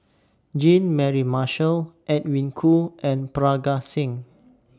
Jean Mary Marshall Edwin Koo and Parga Singh